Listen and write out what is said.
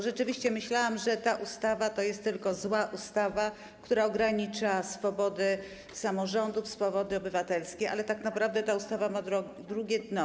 Rzeczywiście myślałam, że ta ustawa to jest tylko zła ustawa, która ogranicza swobodę samorządów, swobody obywatelskie, ale tak naprawdę ta ustawa ma drugie dno.